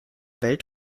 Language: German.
welt